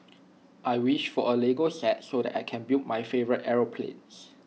I wished for A Lego set so that I can build my favourite aeroplanes